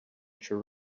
should